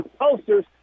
posters